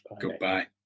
goodbye